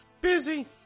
Busy